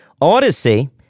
Odyssey